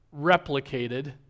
replicated